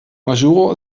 majuro